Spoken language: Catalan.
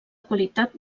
qualitat